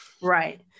Right